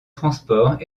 transports